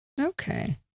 Okay